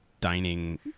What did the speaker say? dining